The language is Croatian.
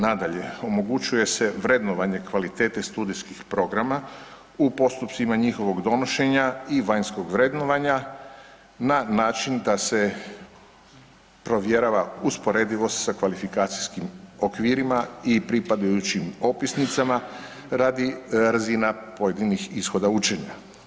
Nadalje, omogućuje se vrednovanje kvalitete studijskih programa u postupcima njihovog donošenja i vanjskog vrednovanja na način da se provjerava usporedivost sa kvalifikacijskim okvirima i pripadajućim opisnicama radi razina pojedinih ishoda učenja.